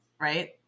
right